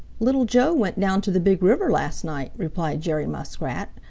little joe went down to the big river last night, replied jerry muskrat.